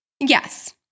Yes